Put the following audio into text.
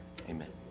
Amen